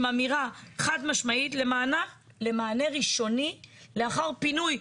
אמירה חד משמעית למענה ראשוני לאחר פינוי.